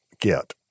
get